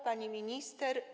Pani Minister!